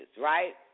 right